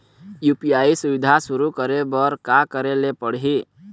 UPI सुविधा शुरू करे बर का करे ले पड़ही?